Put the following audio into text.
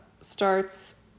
starts